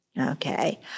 okay